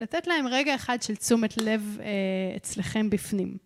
לתת להם רגע אחד של תשומת לב אצלכם בפנים.